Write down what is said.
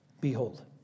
Behold